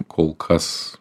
kol kas